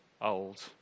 old